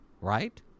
right